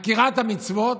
עקירת המצוות,